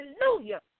Hallelujah